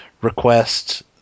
request